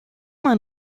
man